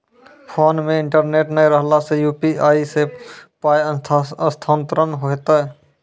Phone मे internet नै रहला सॅ, यु.पी.आई सॅ पाय स्थानांतरण हेतै?